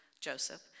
Joseph